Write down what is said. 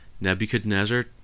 Nebuchadnezzar